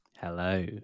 hello